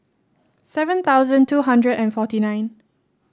seven thousand two hundred and forty nine